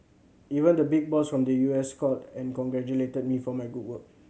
even the big boss from the U S called and congratulated me for my good work